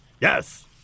Yes